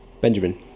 Benjamin